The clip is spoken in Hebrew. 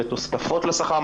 ותוספות לשכר,